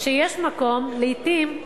שיש מקום לעתים,